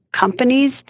companies